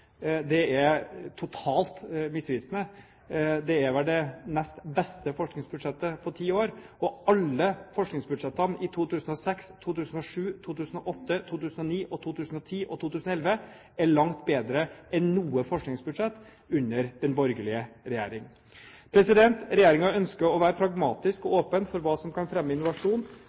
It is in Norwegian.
Det er totalt misvisende. Det er vel det nest beste forskningsbudsjettet på ti år. Og alle forskningsbudsjettene, i 2006, 2007, 2008, 2009, 2010 og 2011, er langt bedre enn noe forskningsbudsjett under den borgerlige regjering. Regjeringen ønsker å være pragmatisk og åpen for hva som kan fremme innovasjon